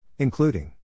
Including